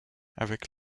avec